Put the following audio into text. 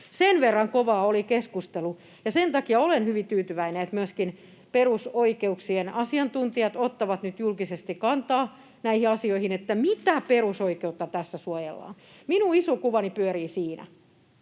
sen verran kovaa oli keskustelu. Sen takia olen hyvin tyytyväinen, että myöskin perusoikeuksien asiantuntijat ottavat nyt julkisesti kantaa näihin asioihin ja siihen, mitä perusoikeutta tässä suojellaan. Minun iso kuvani pyörii siinä,